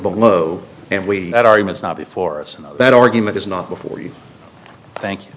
below and we let arguments not before us and that argument is not before you thank